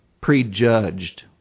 prejudged